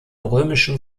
römischen